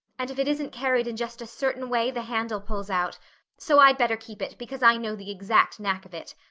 and if it isn't carried in just a certain way the handle pulls out so i'd better keep it because i know the exact knack of it.